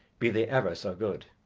be they ever so good.